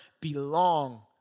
belong